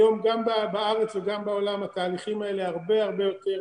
היום גם בארץ וגם בעולם התהליכים האלה הרבה הרבה יותר